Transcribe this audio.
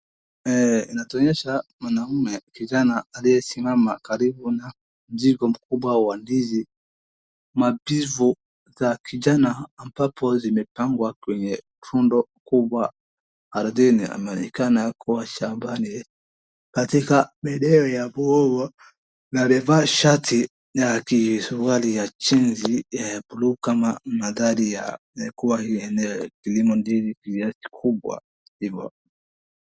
Inatuonyesha mwanaume kijana aliyesimama karibu na mzigo mkubwa wa ndizi, mambivu za kijana ambapo vimepangwa kwenye fundo kubwa ardhini. Inaonekana kuwa shambani katika maeneo ya maua na amevaa shati na kisuruali za chini bluu kama magari yamekuwa akilima ndizim kiasi kikubwa, hivo.